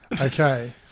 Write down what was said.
okay